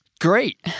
Great